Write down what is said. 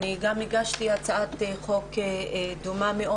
הגשתי הצעת חוק דומה,